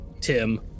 Tim